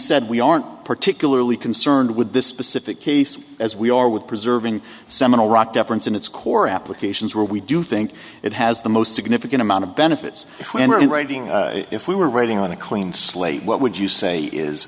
said we aren't particularly concerned with this specific case as we are with preserving seminal rock deference in its core applications where we do think it has the most significant amount of benefits in writing if we were writing on a clean slate what would you say is